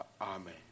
Amen